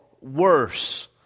worse